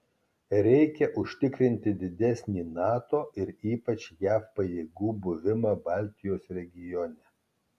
reikia užtikrinti didesnį nato ir ypač jav pajėgų buvimą baltijos regione